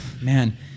man